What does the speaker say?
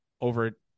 over